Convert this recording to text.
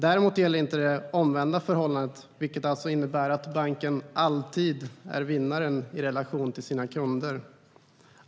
Däremot gäller inte det omvända förhållandet, vilket innebär att banken alltid är vinnare i relation till sina kunder.